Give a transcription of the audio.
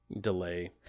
delay